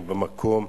היא במקום,